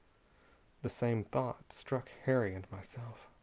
the same thought struck harry and myself.